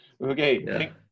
Okay